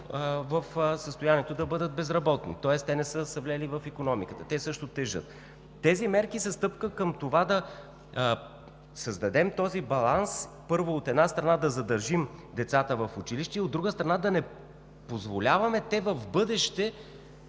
в състоянието да бъдат безработни, тоест те не са се влели в икономиката – те също тежат. Мерките са стъпка към това да създадем този баланс. Първо, от една страна, да задържим децата в училище и, от друга, да не позволяваме те в бъдеще,